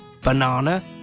banana